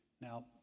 now